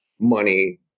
money